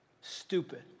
stupid